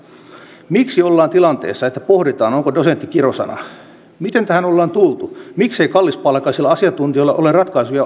mutta aiheellisesti on oltava huolissaan siitä onko tämä tapahtunut sillä seurauksella että henkilökunnan keskuudessa tapahtuu jonkinlaista väsähtämistä